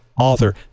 author